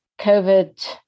COVID